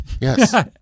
Yes